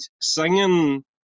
singing